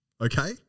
okay